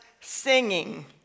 singing